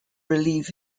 relieve